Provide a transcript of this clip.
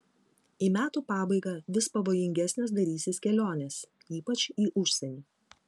į metų pabaigą vis pavojingesnės darysis kelionės ypač į užsienį